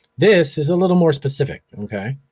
this is a little more specific, okay?